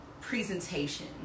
presentation